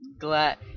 glad